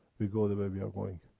we go the way we are going.